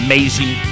Amazing